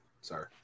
Sorry